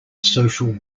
social